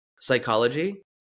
psychology